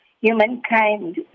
humankind